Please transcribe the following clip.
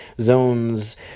Zones